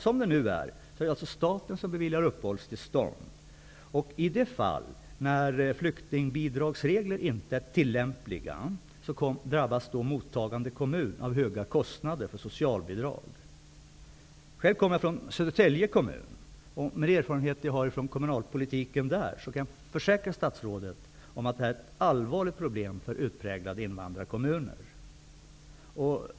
Som det nu är, är det staten som beviljar uppehållstillstånd, och i de fall där flyktingbidragsregler inte är tillämpliga drabbas mottagande kommun av höga kostnader för socialbidrag. Själv kommer jag från Södertälje kommun. Med de erfarenheter jag har från kommunalpolitiken där kan jag försäkra statsrådet om att det är ett allvarligt problem för utpräglade invandrarkommuner.